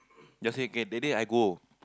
just say can that day I go